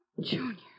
Junior